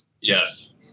Yes